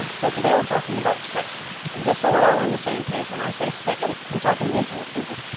so today we're talking about sexting. and just so we're all on the same page, when i say sexting, i'm talking visuals people,